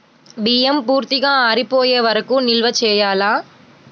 బియ్యం పూర్తిగా ఆరిపోయే వరకు నిల్వ చేయాలా?